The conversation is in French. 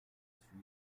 aperçus